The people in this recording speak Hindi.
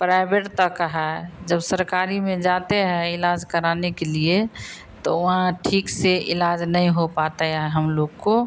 प्राइवेट तक है जब सरकारी में जाते हैं इलाज कराने के लिए तो वहाँ ठीक से इलाज नहीं हो पाता है हम लोग का